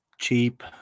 cheap